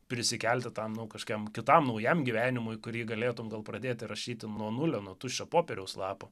prisikelti tam nu kažkokiam kitam naujam gyvenimui kurį galėtum gal pradėti rašyti nuo nulio nuo tuščio popieriaus lapo